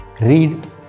read